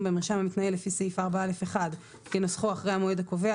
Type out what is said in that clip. במרשם המתנהל לפי סעיף 4א1 כנוסחו אחרי המועד הקובע,